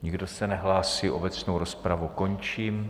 Nikdo se nehlásí, obecnou rozpravu končím.